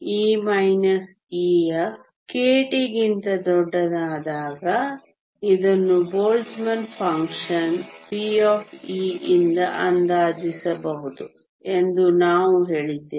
E - Ef kT ಗಿಂತ ದೊಡ್ಡದಾದಾಗ ಇದನ್ನು ಬೋಲ್ಟ್ಜ್ಮನ್ ಫಂಕ್ಷನ್ p ಯಿಂದ ಅಂದಾಜಿಸಬಹುದು ಎಂದು ನಾವು ಹೇಳಿದ್ದೇವೆ